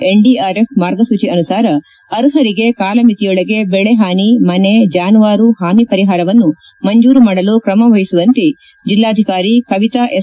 NDRF ಮಾರ್ಗಸೂಚಿ ಅನುಸಾರ ಅರ್ಹರಿಗೆ ಕಾಲಮಿತಿಯೊಳಗೆ ದೆಳೆ ಹಾನಿ ಮನೆ ಜಾನುವಾರು ಹಾನಿ ಪರಿಹಾರವನ್ನು ಮಂಜೂರು ಮಾಡಲು ಕ್ರಮ ವಹಿಸುವಂತೆ ಜಿಲ್ಲಾಧಿಕಾರಿ ಕವಿತಾ ಎಸ್